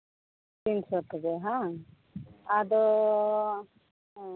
ᱛᱤᱱᱥᱚ ᱛᱮᱜᱮ ᱦᱮᱸᱵᱟᱝ ᱟᱫᱚ ᱦᱮᱸ